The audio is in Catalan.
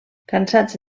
cansats